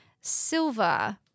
silver